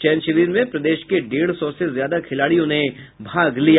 चयन शिविर में प्रदेश के डेढ़ सौ से ज्यादा खिलाड़ियों ने भाग लिया